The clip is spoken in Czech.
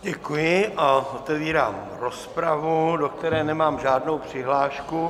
Děkuji a otevírám rozpravu, do které nemám žádnou přihlášku.